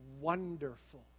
wonderful